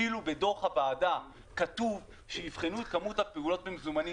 אפילו בדוח הוועדה כתוב שיבחנו את כמות הפעולות במזומנים,